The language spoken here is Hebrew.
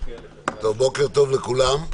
בוקר טוב לכולם.